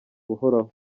uhoraho